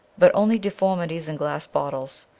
but only deformities in glass bottles,